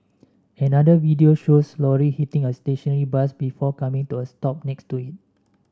another video shows lorry hitting a stationary bus before coming to a stop next to it